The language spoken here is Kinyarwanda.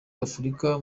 afurika